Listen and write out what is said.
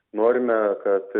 norime kad